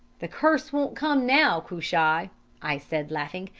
the curse won't come now, cushai i said, laughing.